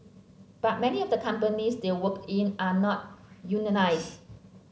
but many of the companies they work in are not unionised